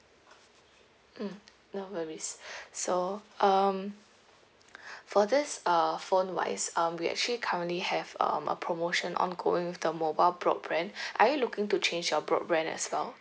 mm no worries so um for this uh phone wise um we actually currently have um a promotion ongoing with the mobile broadband are you looking to change your broadband as well